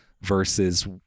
versus